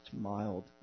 mild